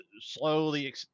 slowly